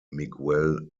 miguel